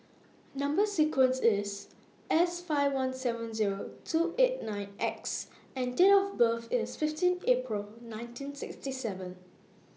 Number sequence IS S five one seven Zero two eight nine X and Date of birth IS fifteen April nineteen sixty seven